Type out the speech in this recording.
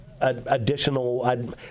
additional